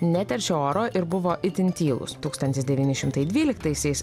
neteršė oro ir buvo itin tylūs tūkstantis devyni šimtai dvyliktaisiais